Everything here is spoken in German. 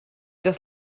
das